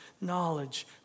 knowledge